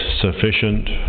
sufficient